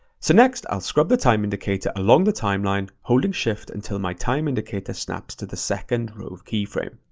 so next, i'll scrub the time indicator along the timeline, holding shift until my time indicator snaps to the second rove keyframe.